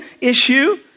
issue